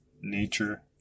nature